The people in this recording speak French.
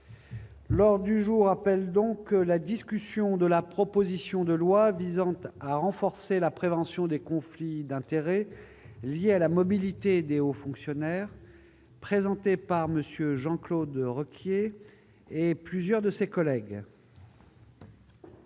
Lors du jour appelle donc la discussion de la proposition de loi visant à à renforcer la prévention des conflits d'intérêts liés à la mobilité aux fonctionnaires, présenté par monsieur Jean-Claude de recopier et plusieurs de ses collègues.